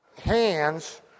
Hands